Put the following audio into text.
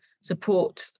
support